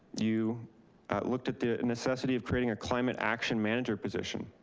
you looked at the necessity of creating a climate action manager position.